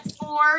four